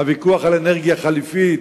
הוויכוח על אנרגיה חליפית,